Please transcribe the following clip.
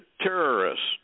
terrorists